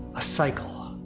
a cycle.